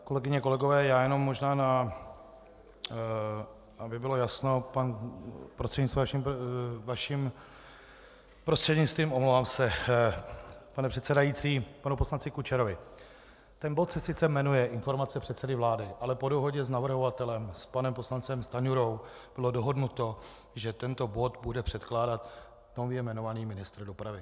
Kolegyně, kolegové, já možná jenom aby bylo jasno, vaším prostřednictvím, omlouvám se, pane předsedající, panu poslanci Kučerovi, ten bod se sice jmenuje informace předsedy vlády, ale po dohodě s navrhovatelem, s panem poslancem Stanjurou, bylo dohodnuto, že tento bod bude předkládat nově jmenovaný ministr dopravy.